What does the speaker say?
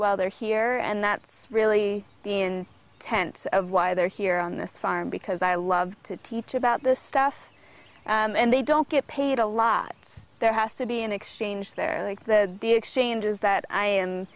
while they're here and that's really in tents of why they're here on this farm because i love to teach about this stuff and they don't get paid a lot it's there has to be an exchange there or like the the exchanges that i a